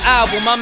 album